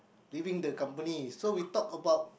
during the company so we talked about